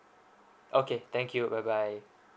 okay thank you bye bye